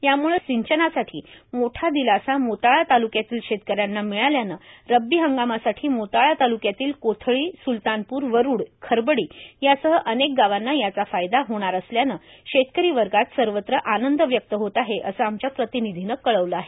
याम्ळे सिंचनाच्या संबंधाने मोठा दिलासा मोताळा ताल्क्यातील शेतकऱ्यांना मिळाल्यान रब्बी हंगामासाठी मोताळा ताल्क्यातील कोथळी स्लतानपूर वरूड खरबडी यासह अनेक गावांना याचा फायदा होणार असल्याने शेतकरी वर्गात सर्वत्र आनंद व्यक्त होत आहे असं आमच्या प्रतिनिधीने कळवीला आहे